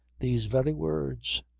these very words!